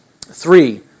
Three